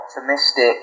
optimistic